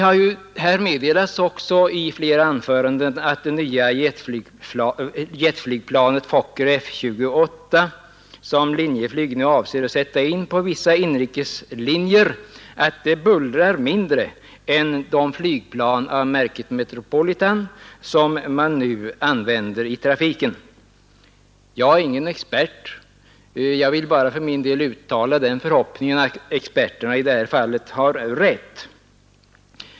Här har meddelats i flera anföranden att det nya jetflygplanet Fokker F-28, som Linjeflyg nu avser att sätta in på vissa inrikeslinjer, bullrar mindre än de flygplan av märket Metropolitan som används för närvarande. Jag är ingen expert. Jag vill bara för min del uttala den förhoppningen att experterna i det här fallet har rätt.